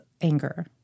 anger